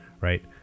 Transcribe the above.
right